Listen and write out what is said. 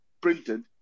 printed